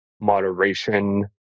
moderation